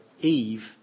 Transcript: Eve